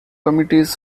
committees